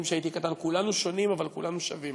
כשהייתי קטן: כולנו שונים אבל כולנו שווים.